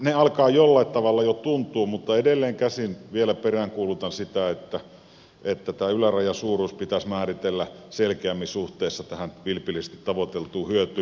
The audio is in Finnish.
ne alkavat jollain tavalla jo tuntua mutta edelleen peräänkuulutan sitä että tämä ylärajan suuruus pitäisi määritellä selkeämmin suhteessa tähän vilpillisesti tavoiteltuun hyötyyn